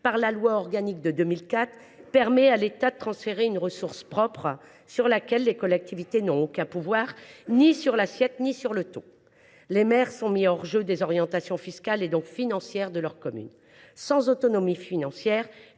par la loi organique de 2004, permet à l’État de transférer une ressource propre sur laquelle les collectivités n’ont aucun pouvoir, qu’il s’agisse de l’assiette ou du taux. Les maires sont mis hors jeu des orientations fiscales, et donc financières, de leurs communes. Or, sans autonomie financière,